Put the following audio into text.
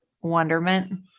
wonderment